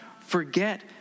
forget